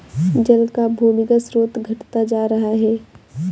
जल का भूमिगत स्रोत घटता जा रहा है